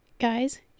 Guys